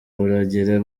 buragira